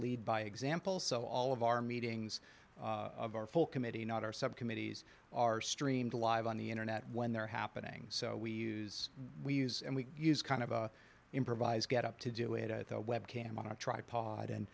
lead by example so all of our meetings are full committee not our subcommittees are streamed live on the internet when they're happening so we use we use and we use kind of improvise get up to do it at the web cam on a tripod and